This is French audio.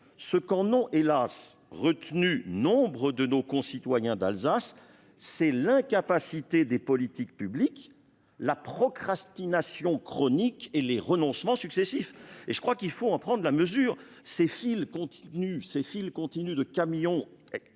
Ce qu'en ont- hélas ! -retenu nombre de nos concitoyens d'Alsace, c'est l'incapacité des politiques publiques, la procrastination chronique et les renoncements successifs. Il faut en prendre la mesure : ces files continues de camions